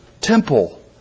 temple